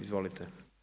Izvolite.